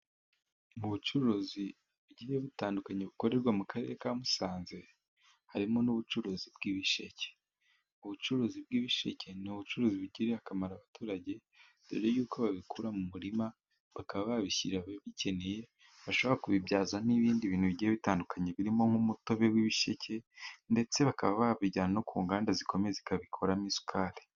Mu bucuruzi bugiye butandukanye bukorerwa mu karere ka Musanze harimo n'ubucuruzi bw'ibisheke, ubucuruzi bw'ibisheke ni ubucuruzi bugirira akamaro abaturage dore y'uko babikura mu murima bakaba babishyira ababikeneye, bashobora kubibyaza n'ibindi bintu bigiye bitandukanye birimo nk'umutobe w'ibisheke, ndetse bakaba babijyana no ku nganda zikomeye zikabikoramo isukari.